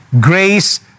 Grace